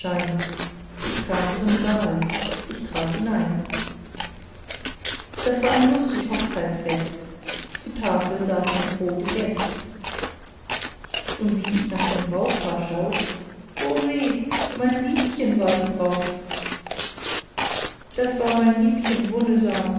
ich kam zum saal ich trat hinein das war ein lustig hochzeitfest zu tafel saßen froh die gäst und wie ich nach dem brautpaar schaut o weh mein liebchen war die braut das war mein liebchen